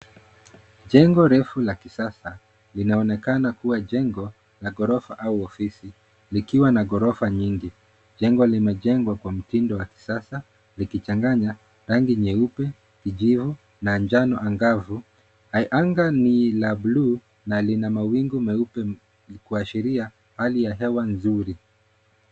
Jengo refu la kisasa linaonekana kuwa jengo la ghorofa au ofisi, likiwa na ghorofa nyingi. Jengo limejengwa kwa mtindo wa kisasa likichanganya rangi nyeupe, kijivu na njano angavu. Anga ni la buluu na lina mawingu meupe kuashiria hali ya hewa nzuri.